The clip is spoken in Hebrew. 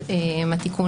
זה מה שעולה מהתיקון